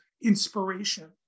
inspiration